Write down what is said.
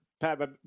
pat